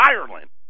Ireland